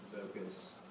focus